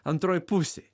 antroj pusėj